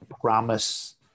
promise